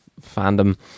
fandom